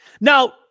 now